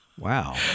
Wow